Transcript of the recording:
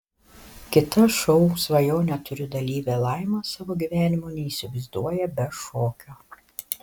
kita šou svajonę turiu dalyvė laima savo gyvenimo neįsivaizduoja be šokio